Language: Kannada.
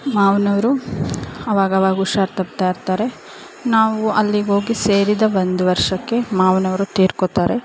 ಮಾವನವ್ರು ಅವಾಗವಾಗ ಹುಷಾರ್ ತಪ್ತಾ ಇರ್ತಾರೆ ನಾವು ಅಲ್ಲಿಗ್ಹೋಗಿ ಸೇರಿದ ಒಂದು ವರ್ಷಕ್ಕೆ ಮಾವನವರು ತೀರ್ಕೊತಾರೆ